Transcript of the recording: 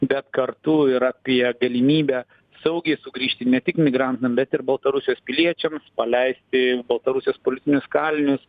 bet kartu ir apie galimybę saugiai sugrįžti ne tik migrantam bet ir baltarusijos piliečiams paleisti baltarusijos politinius kalinius